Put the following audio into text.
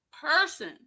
person